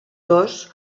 dos